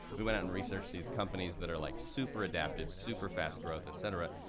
we went out and researched these companies that are like super adaptive, super fast growth, et cetera,